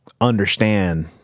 understand